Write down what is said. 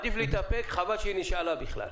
חבל שהיא נשאלה בכלל.